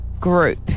group